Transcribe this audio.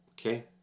Okay